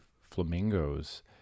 flamingos